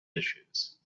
issues